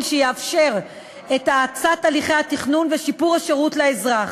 שיאפשר את האצת הליכי התכנון ושיפור השירות לאזרח.